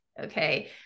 Okay